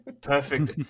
perfect